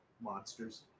Monsters